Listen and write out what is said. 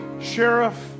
sheriff